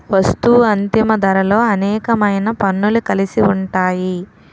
వస్తూ అంతిమ ధరలో అనేకమైన పన్నులు కలిసి ఉంటాయి